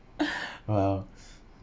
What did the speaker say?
well